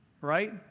Right